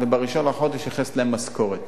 וב-1 בחודש נכנסת להם משכורת.